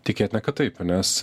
tikėtina kad taip nes